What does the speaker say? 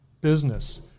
business